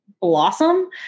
blossom